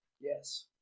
Yes